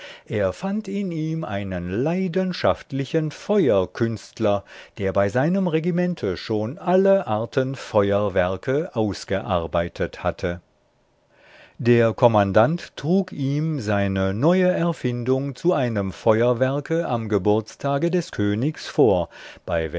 er fand in ihm einen leidenschaftlichen feuerkünstler der bei seinem regimente schon alle arten feuerwerke ausgearbeitet hatte der kommandant trug ihm seine neue erfindung zu einem feuerwerke am geburtstage des königs vor bei